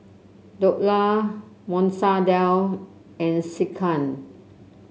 Dhokla Masoor Dal and Sekihan